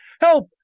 Help